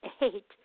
eight